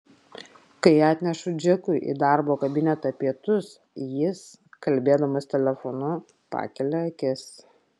kai atnešu džekui į darbo kabinetą pietus jis kalbėdamas telefonu pakelia akis